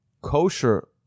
kosher